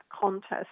contest